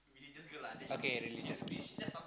okay religious